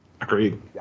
Agreed